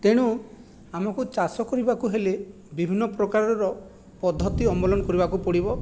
ତେଣୁ ଆମକୁ ଚାଷ କରିବାକୁ ହେଲେ ବିଭିନ୍ନ ପ୍ରକାରର ପଦ୍ଧତି ଅବଲମ୍ବନ କରିବାକୁ ପଡ଼ିବ